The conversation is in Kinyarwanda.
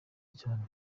cyane